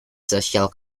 social